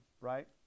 right